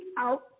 out